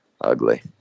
ugly